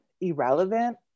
irrelevant